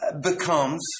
becomes